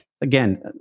again